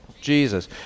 Jesus